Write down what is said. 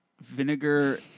vinegar